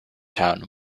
town